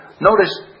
notice